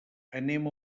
anem